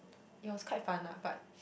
it was quite fun lah but